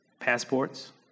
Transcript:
passports